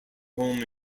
home